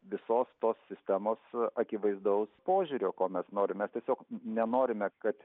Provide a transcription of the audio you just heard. visos tos sistemos akivaizdaus požiūrio ko mes norime mes tiesiog nenorime kad